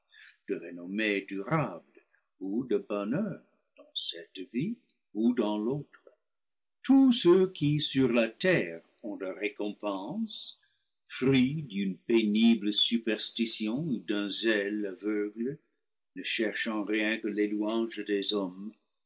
de renommée durable ou de bonheur dans cette vie ou dans l'autre tous ceux qui sur la terre ont leur récompense fruit d'une pénible superstition ou d'un zèle aveugle ne cherchant rien que les louanges des hommes